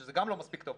שזה גם לא מספיק טוב,